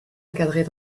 encadrées